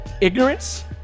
ignorance